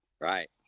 Right